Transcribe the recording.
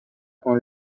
con